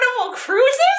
cruises